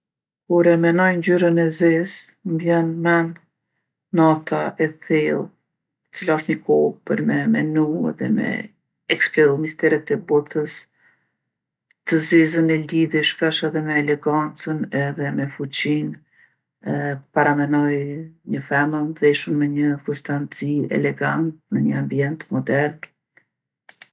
Kur e menoj ngjyrën e zezë, m'bjen n'men nata e thellë e cila osht ni kohë për me menu edhe me eksploru misteret e botës. Të zezën e lidhi shpesh edhe me elegancën edhe me fuqinë. E paramenoj ni femën t'veshun me nji fustan t'zi elegant me nji ambient modern.